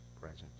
presence